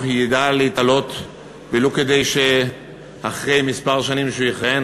ידע להתעלות ולו כדי שאחרי כמה שנים שהוא יכהן,